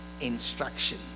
instruction